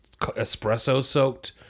espresso-soaked